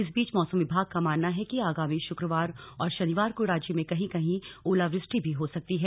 इस बीच मौसम विभाग का मानना है कि आगामी शुक्रवार और शनिवार को राज्य में कहीं कहीं ओलावृष्टि भी हो सकती है